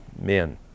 men